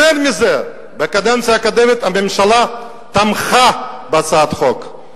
יותר מזה, בקדנציה הקודמת הממשלה תמכה בהצעת החוק.